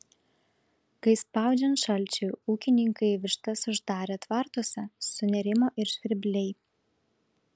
kai spaudžiant šalčiui ūkininkai vištas uždarė tvartuose sunerimo ir žvirbliai